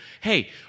hey